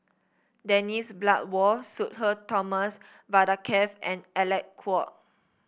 Dennis Bloodworth Sudhir Thomas Vadaketh and Alec Kuok